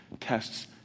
Tests